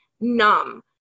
numb